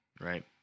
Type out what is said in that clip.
right